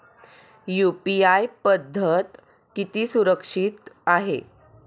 UPI पद्धत किती सुरक्षित आहे?